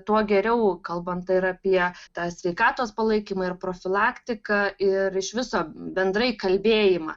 tuo geriau kalbant ir apie tą sveikatos palaikymą ir profilaktiką ir iš viso bendrai kalbėjimą